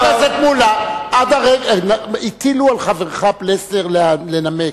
חבר הכנסת מולה, הטילו על חברך פלסנר לנמק.